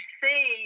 see